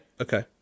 Okay